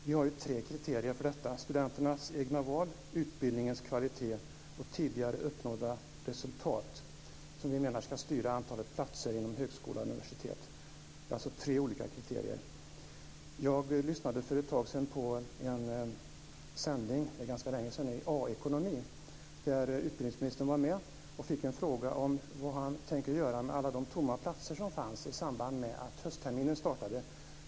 Vi har ju tre kriterier för detta - studenternas egna val, utbildningens kvalitet och tidigare uppnådda resultat - som vi menar ska styra antalet platser inom högskola och universitet. Det är alltså tre olika kriterier. Jag lyssnade för ett tag sedan - det är ganska länge sedan nu - på en sändning från A-ekonomi, där utbildningsministern var med. Han fick en fråga om vad han tänkte göra med alla de tomma platser som fanns i samband med att höstterminen startade.